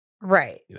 right